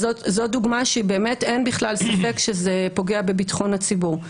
אז זאת דוגמה שאין בכלל ספק שזה פוגע בביטחון הציבור.